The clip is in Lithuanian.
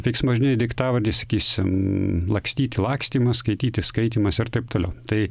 veiksmažodiniai daiktavardžiai sakysim lakstyti lakstymas skaityti skaitymas ir taip toliau tai